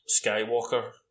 Skywalker